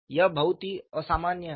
यह बहुत ही असामान्य है